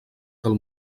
del